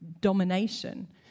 domination